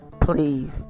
please